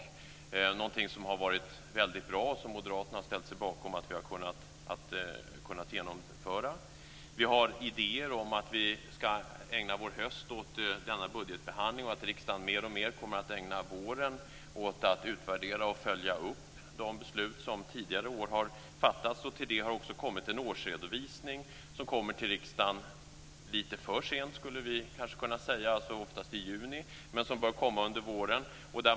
Det är någonting som har varit väldigt bra och som moderaterna har ställt sig bakom genomförandet av. Vi har idéer om att vi ska ägna vår höst åt denna budgetbehandling och att riksdagen mer och mer kommer att ägna våren åt att utvärdera och följa upp de beslut som tidigare år har fattats. Till detta har också kommit en årsredovisning, som kommer till riksdagen lite för sent, oftast i juni, men som bör komma under våren.